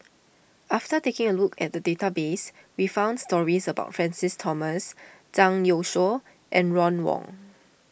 after taking a look at the database we found stories about Francis Thomas Zhang Youshuo and Ron Wong